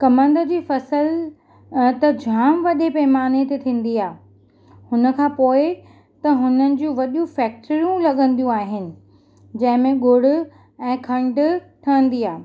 कमंद जी फ़सुलु त जामु वॾे पैमाने ते थींदी आहे हुनखां पोइ त हुननि जूं वॾियूं फैक्ट्रियूं लॻंदियूं आहिनि जंहिंमें ॻुड़ु ऐं खंडु ठहंदी आहे